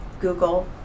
Google